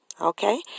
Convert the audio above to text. Okay